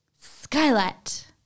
skylight